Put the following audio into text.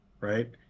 right